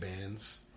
bands